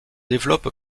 développe